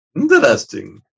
Interesting